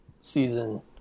season